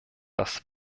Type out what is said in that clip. das